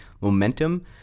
momentum